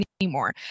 anymore